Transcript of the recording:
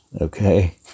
okay